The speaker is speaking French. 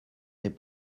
n’est